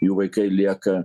jų vaikai lieka